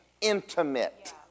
intimate